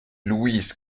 louise